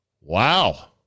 Wow